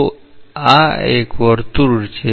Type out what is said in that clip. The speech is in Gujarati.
તો આ એક વર્તુળ છે